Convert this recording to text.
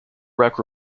wreck